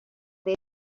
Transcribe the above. they